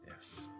Yes